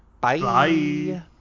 Bye